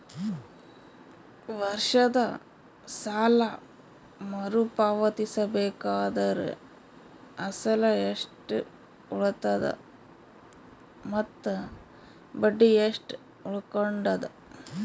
ವರ್ಷದ ಸಾಲಾ ಮರು ಪಾವತಿಸಬೇಕಾದರ ಅಸಲ ಎಷ್ಟ ಉಳದದ ಮತ್ತ ಬಡ್ಡಿ ಎಷ್ಟ ಉಳಕೊಂಡದ?